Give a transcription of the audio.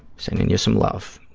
sending you some love.